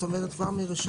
כלומר כבר מ-1